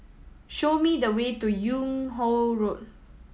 show me the way to Yung Ho Road